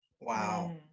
Wow